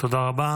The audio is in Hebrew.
תודה רבה.